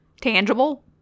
Tangible